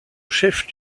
chef